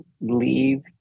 leave